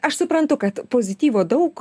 aš suprantu kad pozityvo daug